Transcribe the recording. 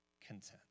content